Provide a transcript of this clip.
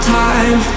time